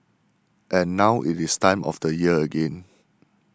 and now it is time of the year again